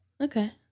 Okay